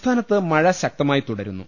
സംസ്ഥാനത്ത് മഴ ശക്തമായി തുടരുന്നു